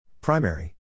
Primary